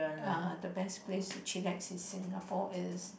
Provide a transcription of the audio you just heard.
uh the best place to chillax in Singapore is